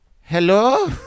hello